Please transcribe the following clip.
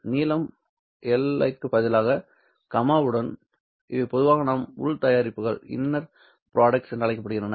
நீளம் l க்கு பதிலாக கமாவுடன் இவை பொதுவாக இவை உள் தயாரிப்புகள் என்றும் அழைக்கப்படுகின்றன